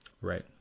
Right